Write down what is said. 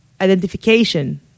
identification